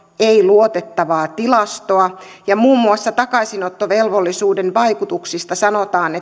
ei luotettavaa tilastoa ja muun muassa takaisinottovelvollisuuden vaikutuksista sanotaan